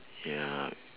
ya